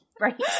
right